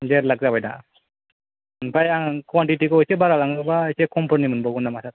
देर लाक जाबाय दा ओमफ्राय आं कुवानटिटिखौ एसे बारा लाङोबा एसे खमफोरनि मोनबावगोन नामा सार